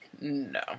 No